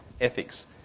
ethics